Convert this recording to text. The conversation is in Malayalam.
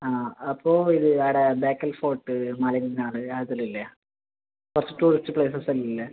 ആ അപ്പോൾ ഇത് അവിടെ ബേക്കൽ ഫോർട്ട് മലയനാട് അതെല്ലം ഇല്ലേ കുറച്ച് ടൂറിസ്റ്റ് പ്ലേസസ് എല്ലാം ഇല്ലെ